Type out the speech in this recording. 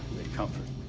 they comfort